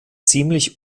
ziemlich